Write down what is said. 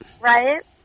Right